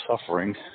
suffering